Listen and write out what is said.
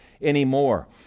anymore